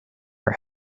are